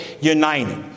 united